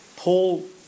Paul